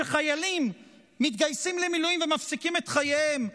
כשחיילים מתגייסים למילואים ומפסיקים את חייהם,